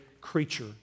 creature